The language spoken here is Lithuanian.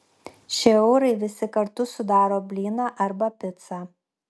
šie eurai visi kartu sudaro blyną arba picą